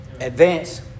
Advance